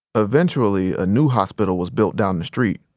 eventually a new hospital was built down the street.